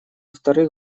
вторых